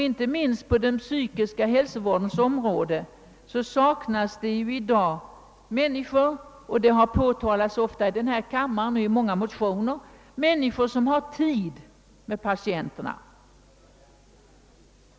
Inte minst på den psykiska hälsovårdens område saknas i dag — det har ofta påtalats i denna kammare och i många motioner — människor som har tid med patienterna.